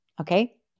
Okay